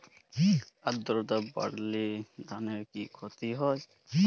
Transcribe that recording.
আদ্রর্তা বাড়লে ধানের কি ক্ষতি হয়?